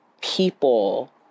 people